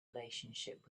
relationship